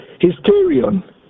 hysterion